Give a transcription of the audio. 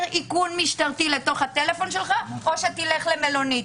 איכון משטרתי לנייד שלך או תלך למלונית.